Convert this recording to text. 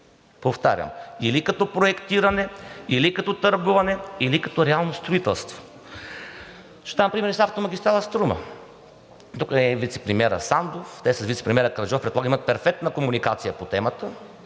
повтарям, или като проектиране, или като търгуване, или като реално строителство. Ще дам пример и с автомагистрала „Струма“. Тук е и вицепремиерът Сандов, те с вицепремиера Караджов, предполагам, имат перфектна комуникация по темата,